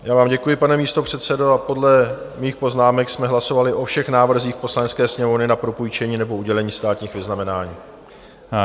Já vám děkuji, pane místopředsedo, a podle mých poznámek jsme hlasovali o všech návrzích Poslanecké sněmovny na propůjčení nebo udělení státních vyznamenání.